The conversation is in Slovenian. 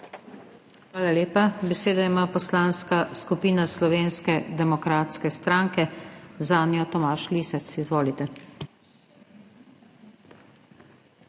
Hvala lepa. Besedo ima Poslanska skupina Slovenske demokratske stranke, zanjo Tomaž Lisec. Izvolite.